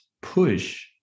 push